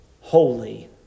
holy